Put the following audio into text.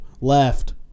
left